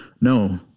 No